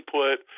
put